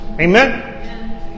Amen